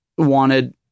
wanted